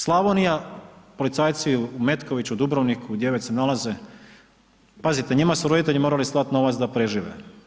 Slavonija, policajci u Metkoviću, Dubrovniku, gdje već se nalaze, pazite, njima su roditelji morali slati novac da prežive.